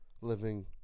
Living